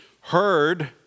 heard